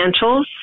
financials